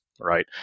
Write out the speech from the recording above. Right